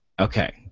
Okay